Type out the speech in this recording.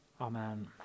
Amen